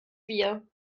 wir